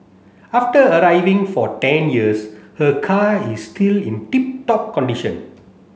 after arriving for ten years her car is still in tip top condition